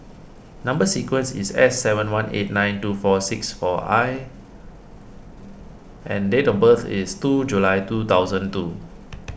Number Sequence is S seven one eight nine two six four I and date of birth is two July two thousand two